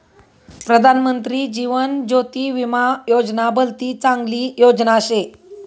प्रधानमंत्री जीवन ज्योती विमा योजना भलती चांगली योजना शे